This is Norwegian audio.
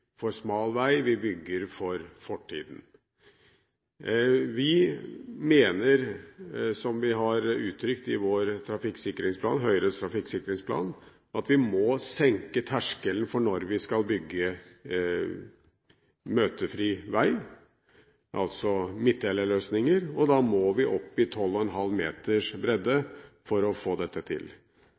for smal vei – vi bygger for fortiden. Høyre mener – som vi har uttrykt i vår trafikksikringsplan – at vi må senke terskelen for når vi skal bygge møtefri vei – midtdelerløsninger – og da må vi opp i 12,5 meters bredde for å få det til.